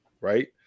right